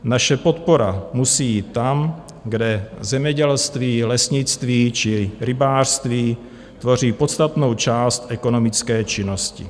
Naše podpora musí jít tam, kde zemědělství, lesnictví či rybářství tvoří podstatnou část ekonomické činnosti.